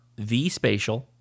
vSpatial